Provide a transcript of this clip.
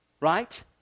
Right